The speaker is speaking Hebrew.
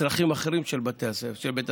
לצרכים אחרים של בית הספר.